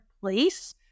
place